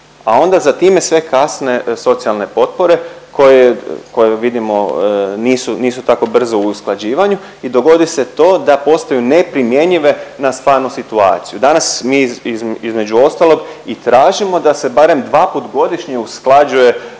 a onda za time sve kasne socijalne potpore koje, koje vidimo nisu, nisu tako brzo u usklađivanju i dogodi se to da postaju neprimjenjive na stvarnu situaciju. Danas mi između ostalog i tražimo da se barem dvaput godišnje usklađuje